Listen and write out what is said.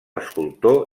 escultor